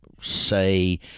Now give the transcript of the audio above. say